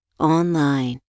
online